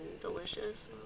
delicious